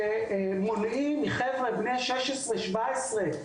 שמונעים מחבר'ה בני 16 17,